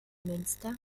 münster